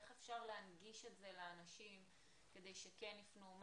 איך אפשר להנגיש את זה לאנשים כדי שכן יפנו?